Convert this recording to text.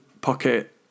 pocket